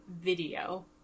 video